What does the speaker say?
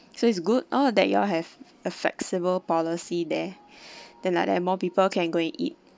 so it's good all that you all have a flexible policy there then like that more people can go and eat